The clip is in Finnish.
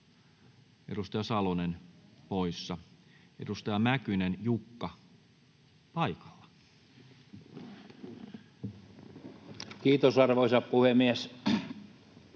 edustaja Salonen poissa. — Edustaja Mäkynen, Jukka, paikalla. Kiitos, arvoisa puhemies!